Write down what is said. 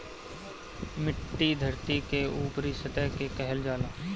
मिट्टी धरती के ऊपरी सतह के कहल जाला